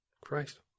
Christ